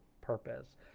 purpose